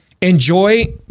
enjoy